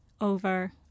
over